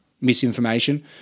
misinformation